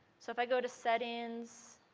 so if i go to settings